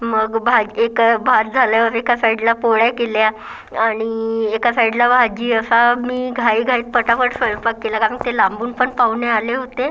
मग भात एका भात झाल्यावर एका साईडला पोळ्या केल्या आणि एका साईडला भाजी असा मी घाईघाईत पटापट स्वयंपाक केला कारण ते लांबून पण पाहुणे आले होते